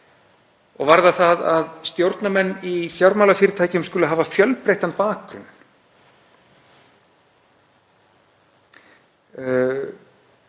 og varðar það að stjórnarmenn í fjármálafyrirtækjum skuli hafa fjölbreyttan bakgrunn.